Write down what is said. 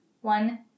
One